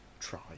try